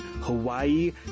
Hawaii